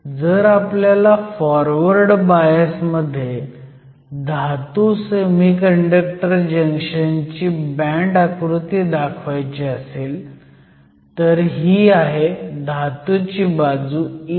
जर आपल्याला forward bias मध्ये धातू सेमीकंडक्टर जंक्शनची बँड आकृती दाखवायची असेल तर ही आहे धातूची बाजू EF